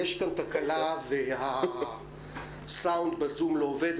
יש כאן תקלה והסאונד בzoom- לא עובד,